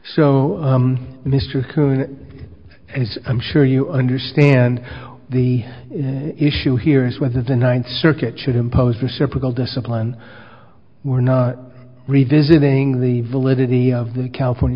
coon as i'm sure you understand the issue here is whether the ninth circuit should impose reciprocal discipline we're not revisiting the validity of the california